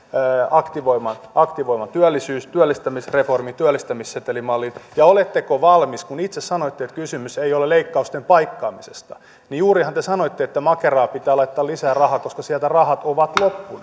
aktivoivan aktivoivan työllistämisreformin työllistämissetelimallin ja kun itse sanoitte että kysymys ei ole leikkausten paikkaamisesta ja juurihan te sanoitte että makeraan pitää laittaa lisää rahaa koska sieltä rahat ovat loppuneet